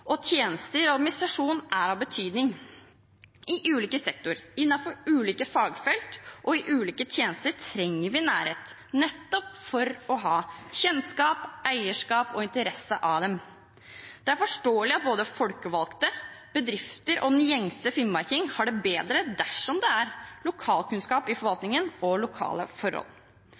folk, tjenester og administrasjon er av betydning. I ulike sektorer, innenfor ulike fagfelt og i ulike tjenester trenger vi nærhet nettopp for å ha kjennskap, eierskap og interesse. Det er forståelig at både folkevalgte, bedrifter og den gjengse finnmarking har det bedre dersom det er lokalkunnskap i forvaltningen og lokale forhold.